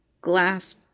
glass